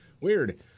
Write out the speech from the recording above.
Weird